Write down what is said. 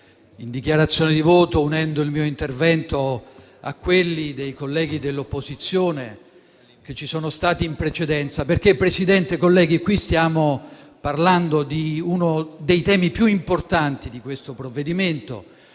in dichiarazione di voto, unendo il mio intervento a quelli dei colleghi dell'opposizione che mi hanno preceduto. Signor Presidente, colleghi, qui siamo parlando di uno dei temi più importanti del provvedimento.